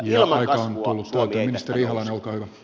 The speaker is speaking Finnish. ja aika on tullut täyteen